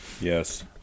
Yes